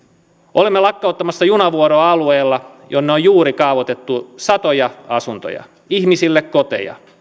olemme lakkauttamassa junavuoroa alueella jonne on juuri kaavoitettu satoja asuntoja ihmisille koteja